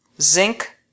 zinc